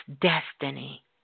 destiny